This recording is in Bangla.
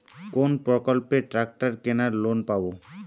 কোন প্রকল্পে ট্রাকটার কেনার লোন পাব?